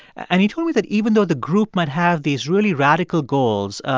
and he told me that even though the group might have these really radical goals,